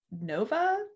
Nova